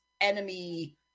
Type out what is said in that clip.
enemy